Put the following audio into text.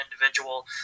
individual